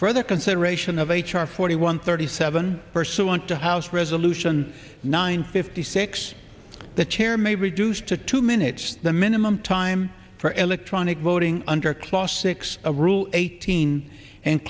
further consideration of h r forty one thirty seven pursuant to house resolution nine fifty six the chair may reduce to two minutes the minimum time for electronic voting under claw six a rule eighteen and